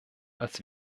als